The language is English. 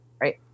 right